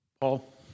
Paul